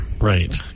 Right